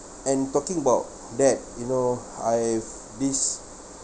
and talking about that you know I've this